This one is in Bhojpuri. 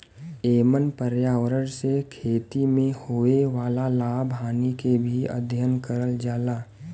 एमन पर्यावरण से खेती में होए वाला लाभ हानि के भी अध्ययन करल जाला